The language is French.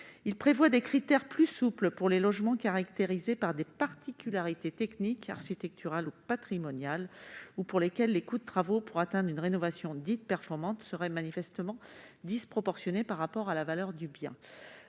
Il prévoit des critères plus souples pour les logements caractérisés par des particularités techniques, architecturales ou patrimoniales ou pour lesquels le coût des travaux pour atteindre une rénovation dite « performante » serait manifestement disproportionné par rapport à la valeur du bien.